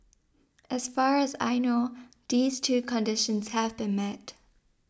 as far as I know these two conditions have been met